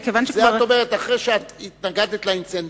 את זה את אומרת אחרי שהתנגדת לאינסנטיב.